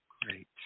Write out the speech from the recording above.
Great